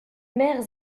maires